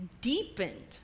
deepened